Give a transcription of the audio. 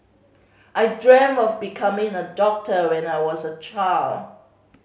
I dreamt of becoming a doctor when I was a child